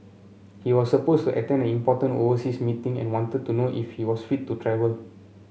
he was supposed to attend an important overseas meeting and wanted to know if he was fit to travel